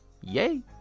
yay